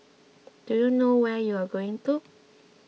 do you know where you're going to